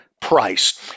price